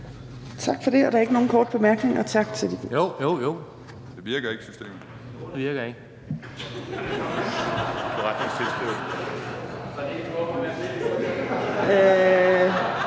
Tak for det. Der er ikke nogen korte bemærkninger